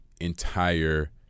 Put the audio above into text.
entire